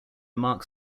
mark